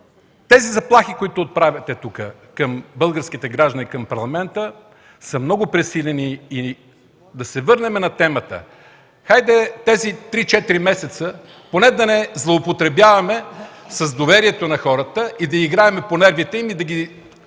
Заплахите, които отправяте към българските граждани и Парламента, са много пресилени. Да се върнем на темата. Хайде, тези 3-4 месеца да не злоупотребяваме с доверието на хората – да им играем по нервите и да